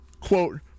quote